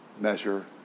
Measure